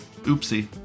Oopsie